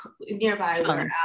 nearby